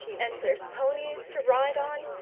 and there's ponies to ride on,